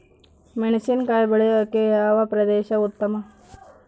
ಮೆಣಸಿನಕಾಯಿ ಬೆಳೆಯೊಕೆ ಯಾವ ಪ್ರದೇಶ ಉತ್ತಮ?